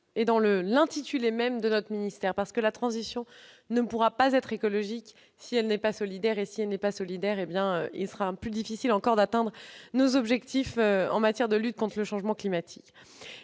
dans l'intitulé du ministère ... La transition ne pourra pas être écologique si elle n'est pas solidaire ! Si elle n'est pas solidaire, il sera plus difficile encore d'atteindre nos objectifs en matière de lutte contre le changement climatique.